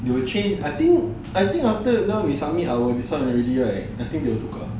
I think after now we submit our this [one] already right I think they will tukar